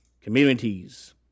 Communities